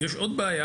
יש עוד בעיה,